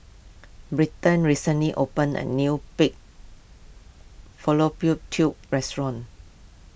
Britton recently opened a new Pig Fallopian Tubes restaurant